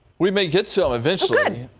we make it so eventually did.